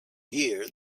year